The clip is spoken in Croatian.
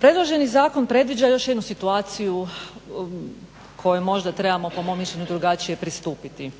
Predloženi zakon predviđa još jednu situaciju koju možda trebamo po mom mišljenju drugačije pristupiti.